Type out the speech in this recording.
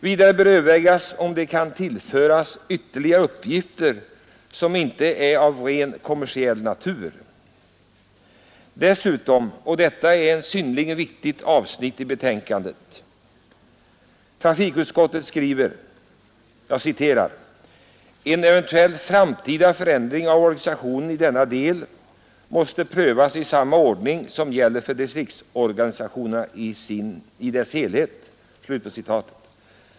Vidare bör övervägas om de kan tillföras ytterligare uppgifter som inte är av rent kommersiell natur.” Dessutom och detta är ett synnerligen viktigt avsnitt i betänkandet — skriver trafikutskottet att ”en eventuell framtida förändring av organisationen i denna del måste prövas i samma ordning som gäller för distriktsorganisationen i dess helhet”.